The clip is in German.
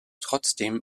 trotzdem